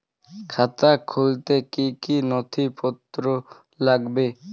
খাতা খুলতে কি কি নথিপত্র লাগবে?